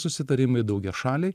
susitarimai daugiašaliai